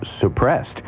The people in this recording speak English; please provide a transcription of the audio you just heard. suppressed